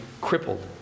crippled